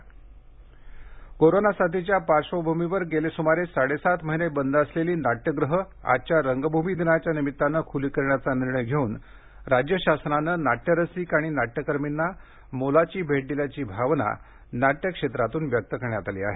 नाटक कोरोना साथीच्या पार्श्वभूमीवर गेले सुमारे साडेसात महिने बंद असलेली नाट्यगुहे आजच्या रंगभूमी दिनाच्या निमित्तानं खुली करण्याचा निर्णय घेऊन राज्य शासनानं नाट्य रसिक आणि नाट्यकर्मीना मोलाची भेट दिल्याची भावना नाट्यक्षेत्रातून व्यक्त करण्यात आली आहे